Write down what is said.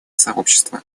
сообщества